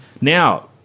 Now